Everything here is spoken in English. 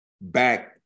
back